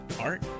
art